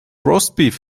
roastbeef